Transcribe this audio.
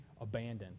abandoned